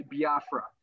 Biafra